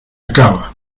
acaba